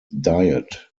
diet